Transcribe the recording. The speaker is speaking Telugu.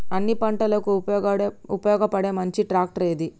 అన్ని పంటలకు ఉపయోగపడే మంచి ట్రాక్టర్ ఏది?